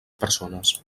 persones